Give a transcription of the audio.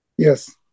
Yes